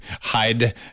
hide